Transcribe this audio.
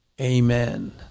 amen